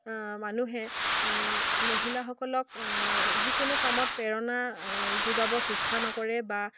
মানুহে মহিলাসকলক যিকোনো কামত প্ৰেৰণা যোগাব চেষ্টা নকৰে বা